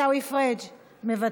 חבר הכנסת עיסאווי פריג' מוותר,